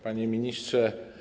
Panie Ministrze!